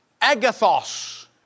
agathos